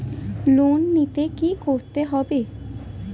Loan নিতে কী করতে হবে?